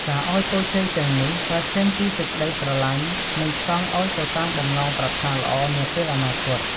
ការអោយពរជ័យទាំងនេះកើតចេញពីសេចក្តីស្រឡាញ់ និងផ្សងអោយទៅតាមបំណងប្រាថ្នាល្អនាពេលអនាគត។